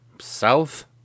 South